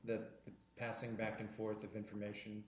that passing back and forth of information